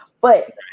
but-